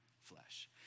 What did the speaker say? flesh